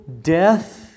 death